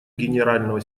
генерального